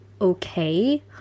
okay